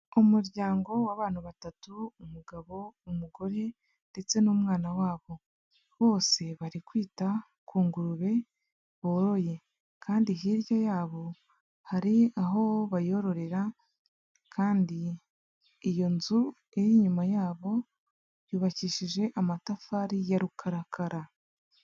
Umuryango w'abantu batatu umugabo, umugore ndetse n'umwana wabo, bose bari kwita ku ngurube boroye kandi hirya yabo hari aho bayororera kandi iyo nzu iri inyuma yabo yubakishije amatafari ya rukarakara.